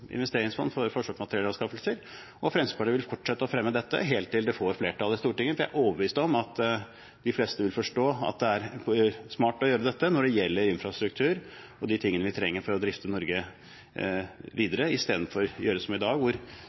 investeringsfond for forsvarsmateriellanskaffelser. Fremskrittspartiet vil fortsette å fremme dette helt til det får flertall i Stortinget, for jeg er overbevist om at de fleste vil forstå at det er smart å gjøre det når det gjelder infrastruktur og det vi trenger for å drifte Norge videre, istedenfor å gjøre som i dag,